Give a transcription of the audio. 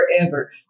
forever